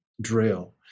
drill